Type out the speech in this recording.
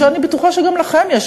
שאני בטוחה שגם לכם יש,